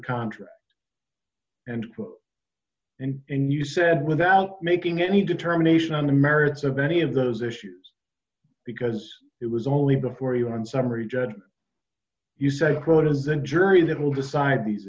contract and what and you said without making any determination on the merits of any of those issues because it was only before you on summary judgment you said quote as the jury that will decide these